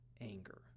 anger